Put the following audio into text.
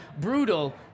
Brutal